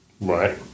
Right